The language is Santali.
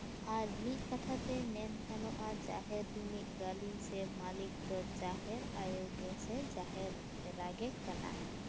ᱟᱨ ᱢᱤᱫ ᱠᱟᱛᱷᱟ ᱛᱮ ᱢᱮᱱᱜᱟᱱᱚᱜᱼᱟ ᱡᱟᱦᱮᱨ ᱨᱮᱱᱤᱡ ᱜᱟᱹᱞᱤᱢ ᱥᱮ ᱢᱟᱹᱞᱤᱠ ᱫᱚ ᱡᱟᱦᱮᱨ ᱟᱭᱳᱜᱮ ᱥᱮ ᱡᱟᱦᱮᱨ ᱮᱨᱟᱜᱮ ᱠᱟᱱᱟᱭ